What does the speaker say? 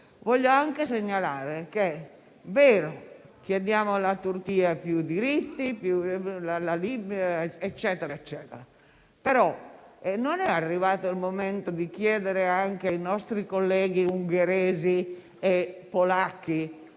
voglio anche segnalare che è vero che chiediamo alla Turchia più diritti e quant'altro, però non è arrivato il momento di chiedere anche ai nostri colleghi ungheresi e polacchi